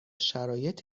شرایط